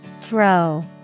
Throw